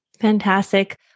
Fantastic